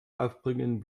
aufbringen